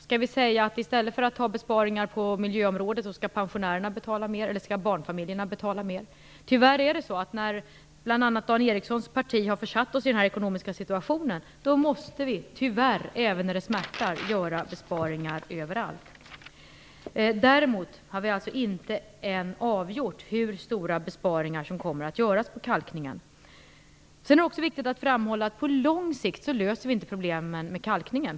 Skall vi säga att vi i stället för att genomföra besparingar på miljöområdet skall låta pensionärerna betala mera, eller skall barnfamiljerna betala mer? Eftersom bl.a. Dan Ericssons parti har försatt oss i den här ekonomiska situationen måste vi, tyvärr, även när det smärtar, göra besparingar överallt. Däremot har vi alltså inte ännu avgjort hur stora besparingar som kommer att göras på kalkningen. Sedan är det också viktigt att framhålla att vi inte löser problemen på lång sikt genom kalkningen.